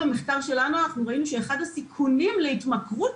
במחקר שלנו ראינו שאחד הסיכונים להתמכרות